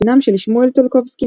בנם של שמואל טולקובסקי,